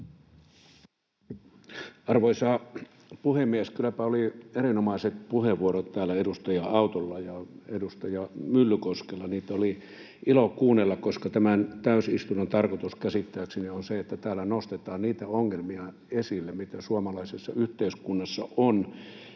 Arvoisa puhemies! Kylläpä oli erinomaiset puheenvuorot täällä edustaja Auttolla ja edustaja Myllykoskella. Niitä oli ilo kuunnella, koska tämän täysistunnon tarkoitus käsittääkseni on se, että täällä nostetaan esille niitä ongelmia, mitä suomalaisessa yhteiskunnassa on.